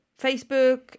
Facebook